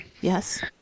Yes